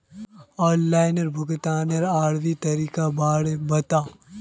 online भुग्तानेर आरोह तरीकार बारे बता